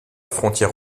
frontière